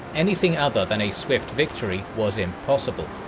anything other than a swift victory was impossible.